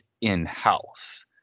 in-house